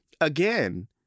Again